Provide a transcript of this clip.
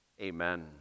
Amen